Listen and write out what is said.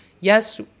yes